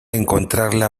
encontrarla